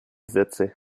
sätze